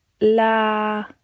la